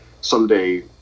someday